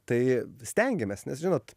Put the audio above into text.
tai stengiamės nes žinot